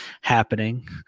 happening